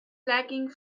lacking